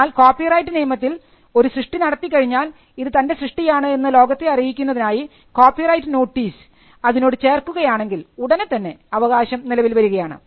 എന്നാൽ കോപ്പിറൈറ്റ് നിയമത്തിൽ ഒരു സൃഷ്ടി നടത്തി കഴിഞ്ഞാൽ ഇത് തൻറെ സൃഷ്ടിയാണ് എന്ന് ലോകത്തെ അറിയിക്കുന്നതിനായി കോപ്പിറൈറ്റ് നോട്ടീസ് അതിനോട് ചേർക്കുകയാണെങ്കിൽ ഉടനെതന്നെ അവകാശം നിലവിൽ വരികയാണ്